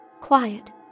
Quiet